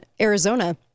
Arizona